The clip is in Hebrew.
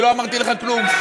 לא אמרתי לך כלום.